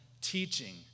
teaching